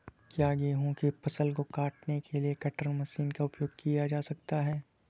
क्या गेहूँ की फसल को काटने के लिए कटर मशीन का उपयोग किया जा सकता है?